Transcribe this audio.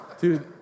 Dude